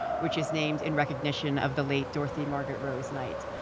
which is named in recognition of the late dorothy margaret rose knight.